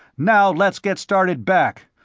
now let's get started back.